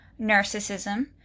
narcissism